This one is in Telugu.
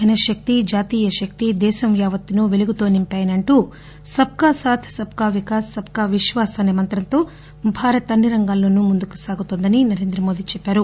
జనశక్తి జాతీయ శక్తి దేశం యావత్తును పెలుగుతో నింపిందని అంటూ సబ్ కా సాథ్ సబ్ కా వికాస్ సబ్ కా విశ్వాస్ అసే మంత్రంతో భారత్ అన్ని రంగాల్లోనూ ముందుకు సాగుతోందని నరేంద్ర మోదీ చెప్పారు